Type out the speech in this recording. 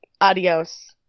Adios